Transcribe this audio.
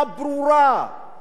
כפי שעשינו,